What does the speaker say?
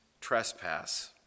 trespass